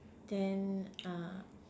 then uh